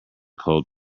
cold